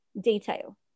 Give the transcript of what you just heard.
detail